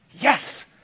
Yes